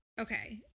Okay